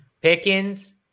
Pickens